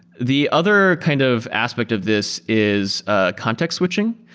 the other kind of aspect of this is ah context switching.